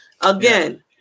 again